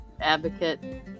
advocate